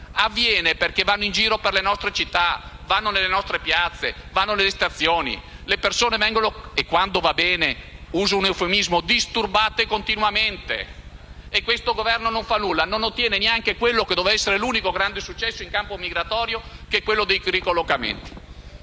avviene perché costoro vanno in giro per le nostre città, nelle nostre piazze e nelle stazioni, e le persone, quando va bene - uso un eufemismo - vengono disturbate continuamente. Questo Governo non fa nulla e non ottiene neanche quello che avrebbe dovuto essere l'unico grande successo in campo migratorio, che è quello dei ricollocamenti.